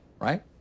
right